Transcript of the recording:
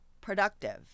productive